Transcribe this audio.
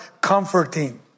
comforting